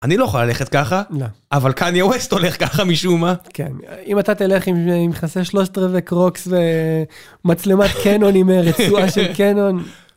אני לא יכול ללכת ככה, אבל קניה ווסט הולך ככה, משום מה. כן, אם אתה תלך עם מכנסי שלושת רבעי, קרוקס ומצלמת קנון עם רצועה של קנון...